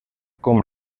com